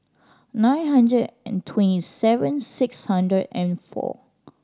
nine hundred and twenty seven six hundred and four